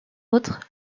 autres